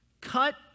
cut